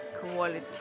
quality